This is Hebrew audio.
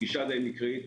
פגישה די מקרית,